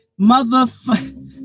Motherfucker